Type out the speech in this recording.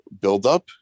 buildup